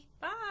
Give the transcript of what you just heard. Bye